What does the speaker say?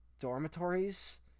dormitories